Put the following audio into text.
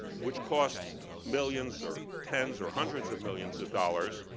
which cost millions, or tens, or hundreds of millions of dollars,